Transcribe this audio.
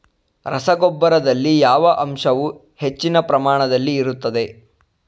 ರಸಗೊಬ್ಬರದಲ್ಲಿ ಯಾವ ಅಂಶವು ಹೆಚ್ಚಿನ ಪ್ರಮಾಣದಲ್ಲಿ ಇರುತ್ತದೆ?